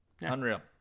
Unreal